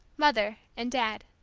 mother, and dad.